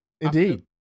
Indeed